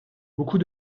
beaucoup